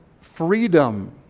freedom